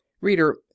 Reader